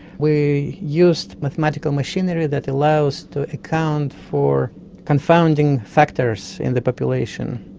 we used mathematical machinery that allows to account for confounding factors in the population,